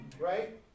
Right